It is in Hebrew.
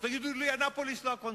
אז תגידו לי, אנאפוליס היא לא הקונסנזוס.